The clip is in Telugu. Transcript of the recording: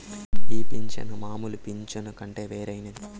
ఈ పింఛను మామూలు పింఛను కంటే వేరైనది